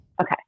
Okay